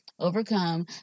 Overcome